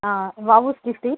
VOC street